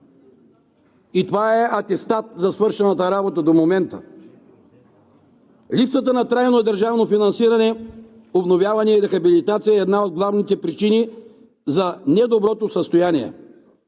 и това е атестат за свършената работа до момента. Липсата на трайно държавно финансиране, обновяване и рехабилитация е една от главните причини за недоброто състояние.